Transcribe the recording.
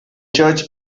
church